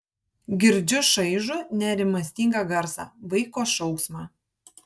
girdžiu šaižų nerimastingą garsą vaiko šauksmą